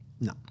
No